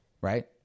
right